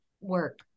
work